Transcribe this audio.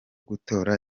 gutora